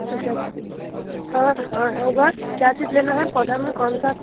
अच्छा हाँ हाँ होगा क्या चीज़ लेना है पौधा में कौन सा